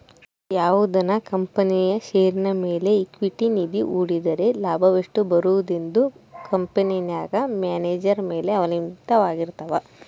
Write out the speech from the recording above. ಯಾವುದನ ಕಂಪನಿಯ ಷೇರಿನ ಮೇಲೆ ಈಕ್ವಿಟಿ ನಿಧಿ ಹೂಡಿದ್ದರೆ ಲಾಭವೆಷ್ಟು ಬರುವುದೆಂದು ಕಂಪೆನೆಗ ಮ್ಯಾನೇಜರ್ ಮೇಲೆ ಅವಲಂಭಿತವಾರಗಿರ್ತವ